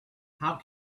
how